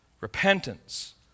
Repentance